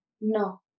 No